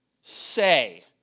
Say